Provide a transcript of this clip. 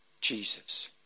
Jesus